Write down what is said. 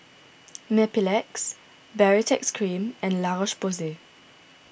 Mepilex Baritex Cream and La Roche Porsay